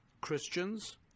Christians